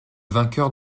vainqueur